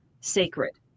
sacred